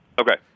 Okay